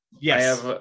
Yes